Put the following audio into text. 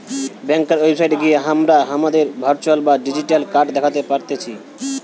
ব্যাংকার website গিয়ে হামরা হামাদের ভার্চুয়াল বা ডিজিটাল কার্ড দ্যাখতে পারতেছি